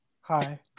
hi